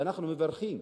ואנחנו מברכים,